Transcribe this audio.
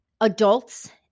adults